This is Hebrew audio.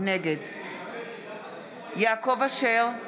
נגד יעקב אשר,